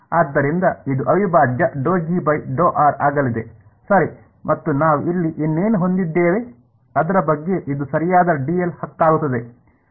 ಆದ್ದರಿಂದ ಇದು ಅವಿಭಾಜ್ಯ ಆಗಲಿದೆ ಸರಿ ಮತ್ತು ನಾವು ಇಲ್ಲಿ ಇನ್ನೇನು ಹೊಂದಿದ್ದೇವೆ ಅದರ ಬಗ್ಗೆ ಇದು ಸರಿಯಾದ ಹಕ್ಕಾಗುತ್ತದೆ